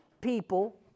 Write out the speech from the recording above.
people